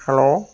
hello